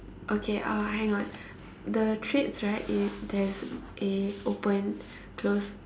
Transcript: okay uh hang on the treats right if there's a open close